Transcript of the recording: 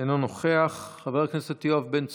אינו נוכח, חבר הכנסת יואב בן צור,